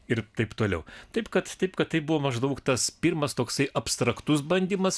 ir taip toliau taip kad taip kad tai buvo maždaug tas pirmas toksai abstraktus bandymas